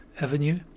Avenue